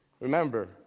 Remember